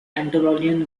anatolian